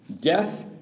Death